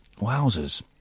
Wowzers